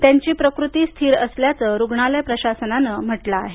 त्यांची प्रकृती स्थिर असल्याचं रुग्णालय प्रशासनानं म्हटलं आहे